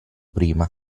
prima